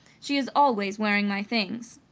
she is always wearing my things.